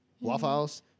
waffles